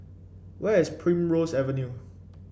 where is Primrose Avenue